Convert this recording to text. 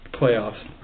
playoffs